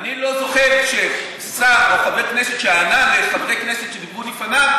לא זוכר ששר או חבר כנסת שענה לחברי כנסת שדיברו לפניו,